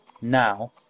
now